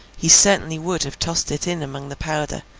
he certainly would have tossed it in among the powder,